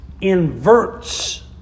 inverts